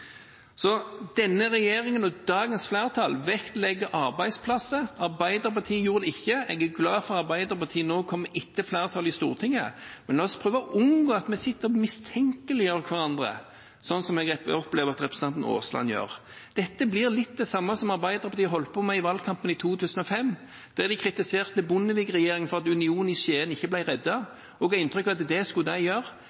Så denne regjeringen og dagens flertall vektlegger arbeidsplasser. Arbeiderpartiet gjorde det ikke, og jeg er glad for at Arbeiderpartiet nå kommer etter flertallet i Stortinget. Men la oss prøve å unngå at vi sitter og mistenkeliggjør hverandre, slik jeg opplever at representanten Aasland gjør. Dette blir litt det samme som Arbeiderpartiet holdt på med i valgkampen i 2005, der de kritiserte Bondevik-regjeringen for at Union i Skien ikke